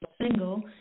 single